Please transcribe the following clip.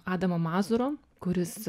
adamo mazuro kuris